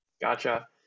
gotcha